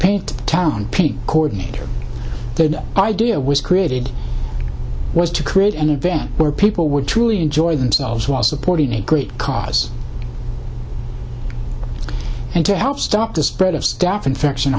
paint town coordinator idea was created was to create an event where people would truly enjoy themselves while supporting a great cause and to help stop the spread of staph infection